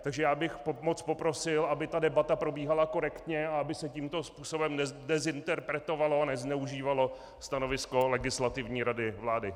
Takže bych moc poprosil, aby debata probíhala korektně a aby se tímto způsobem nedezinterpretovalo a nezneužívalo stanovisko Legislativní rady vlády.